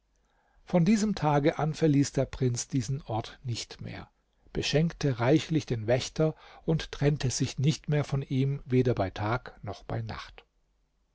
von diesem tage an verließ der prinz diesen ort nicht mehr beschenkte reichlich den wächter und trennte sich nicht mehr von ihm weder bei tag noch bei nacht